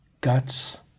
guts